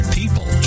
People